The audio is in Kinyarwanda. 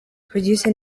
producer